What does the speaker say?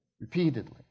Repeatedly